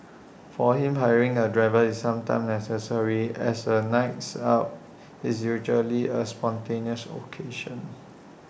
for him hiring A driver is sometimes necessary as A nights out is usually A spontaneous occasion